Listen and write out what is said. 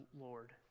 Lord